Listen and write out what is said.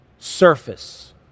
surface